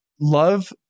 love